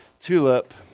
Tulip